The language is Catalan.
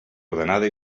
ordenada